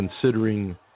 considering